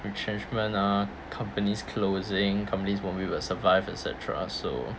retrenchment ah companies closing companies won't be able to survive et cetera so